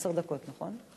עשר דקות, נכון?